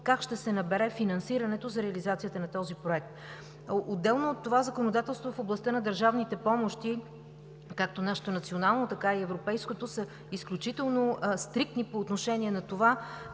как ще се набере финансирането за реализацията на този проект. Отделно от това законодателството в областта на държавните помощи – както нашето национално, така и европейското, е изключително стриктно по отношение на това